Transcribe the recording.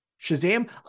Shazam